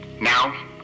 Now